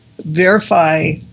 verify